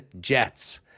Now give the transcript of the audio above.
Jets